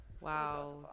Wow